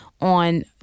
on